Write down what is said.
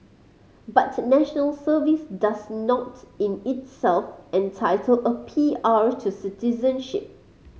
but National Service does not in itself entitle a P R to citizenship